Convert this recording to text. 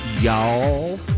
y'all